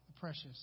precious